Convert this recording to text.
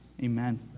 Amen